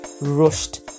rushed